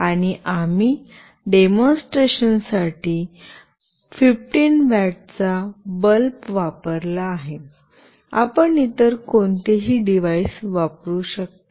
आणि आम्ही डेमॉन्स्ट्रेशनसाठी 15 वॅटचा बल्ब वापरला आहे आपण इतर कोणतेही डिव्हाइस वापरू शकता